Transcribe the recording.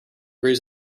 agrees